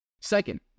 Second